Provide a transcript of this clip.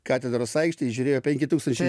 katedros aikštėj žiūrėjo penki tūkstančiai